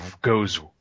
goes